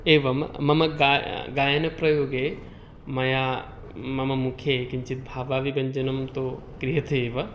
एवं मम गा गायनप्रयोगे मया मम मुखे किञ्चित् भावाभिव्यञ्जनं तु क्रियते एव